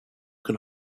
can